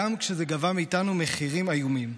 גם כשזה גבה מאיתנו מחירים איומים.